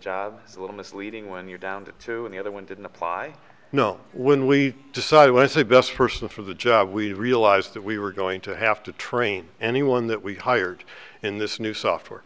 job is a little misleading when you're down to two and the other one didn't apply no when we decided when i say best person for the job we realized that we were going to have to train anyone that we hired in this new software